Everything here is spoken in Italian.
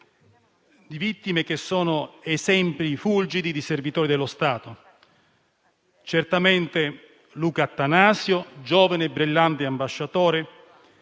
Le vittime sono esempi fulgidi di servitori dello Stato. Lo è certamente Luca Attanasio, giovane e brillante ambasciatore,